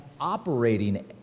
operating